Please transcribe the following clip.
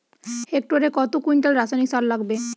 হেক্টরে কত কুইন্টাল রাসায়নিক সার লাগবে?